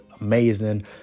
amazing